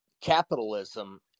capitalism